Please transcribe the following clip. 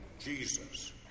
Jesus